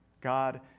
God